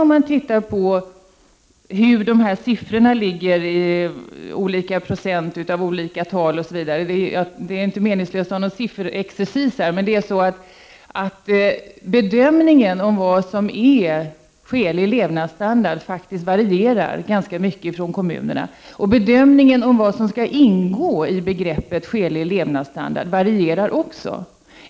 Om man studerar hur siffrorna fördelar sig med olika procentsatser osv. — det är inte meningen att hålla någon längre sifferexercis här — så finner man att bedömningen av vad som är skälig levnadsstandard faktiskt varierar ganska kraftigt mellan kommunerna. Även bedömningen av vad som skall ingå i begreppet skälig levnadsstandard varierar.